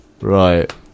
Right